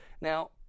Now